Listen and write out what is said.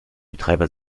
betreiber